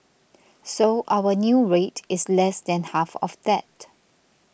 so our new rate is less than half of that